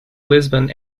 lisbon